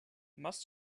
must